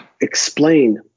explain